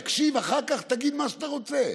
תקשיב, אחר כך תגיד מה שאתה רוצה.